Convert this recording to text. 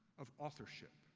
of authorship.